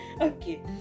Okay